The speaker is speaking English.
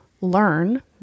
learn